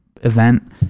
event